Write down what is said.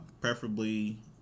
preferably